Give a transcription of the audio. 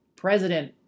president